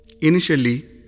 Initially